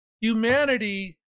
Humanity